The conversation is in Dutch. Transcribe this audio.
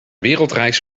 wereldreis